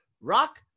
rock